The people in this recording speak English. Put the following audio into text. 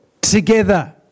together